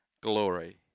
glory